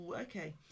okay